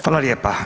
Hvala lijepa.